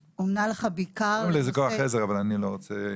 קוראים לזה כוח עזר אבל אני לא רוצה,